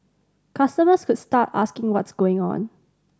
customers could start asking what's going on